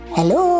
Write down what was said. Hello